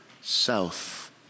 south